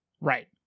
right